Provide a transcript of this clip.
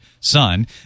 Son